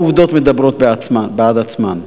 העובדות מדברות בעד עצמן.